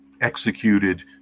executed